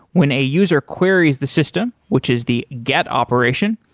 when a user queries the system, which is the get operation,